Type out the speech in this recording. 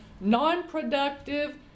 non-productive